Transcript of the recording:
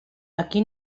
aquí